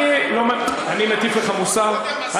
גמרתם להטיף לנו מוסר?